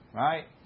right